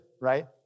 right